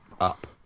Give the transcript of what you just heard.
up